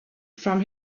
from